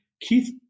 Keith